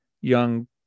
young